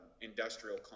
industrial